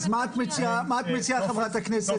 אז מה את מציעה, מה את מציעה חברת הכנסת?